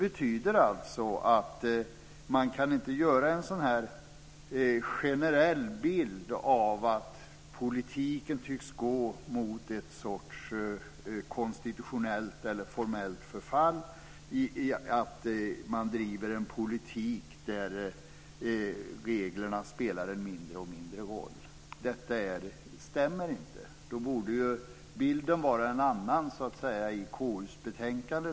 Man kan således inte göra en generell bild av att politiken tycks gå mot en sorts konstitutionellt eller formellt förfall - att man driver en politik där reglerna spelar en allt mindre roll. Detta stämmer inte; då borde ju bilden vara en annan i KU:s betänkande.